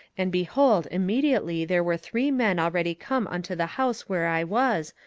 and, behold, immediately there were three men already come unto the house where i was,